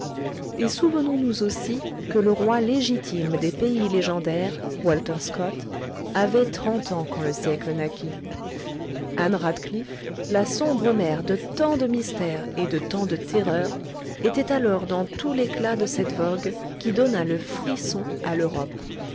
et souvenons nous aussi que le roi légitime des pays légendaires walter scott avait trente ans quand le siècle naquit anne radcliffe la sombre mère de tant de mystères et de tant de terreurs était alors dans tout l'éclat de cette vogue qui donna le frisson à l'europe